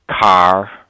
car